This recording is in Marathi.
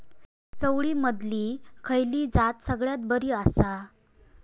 चवळीमधली खयली जात सगळ्यात बरी आसा?